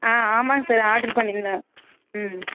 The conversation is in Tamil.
ஆ ஆமாங்க சார் ஆர்டர் பண்ணியிருந்தேன் ம்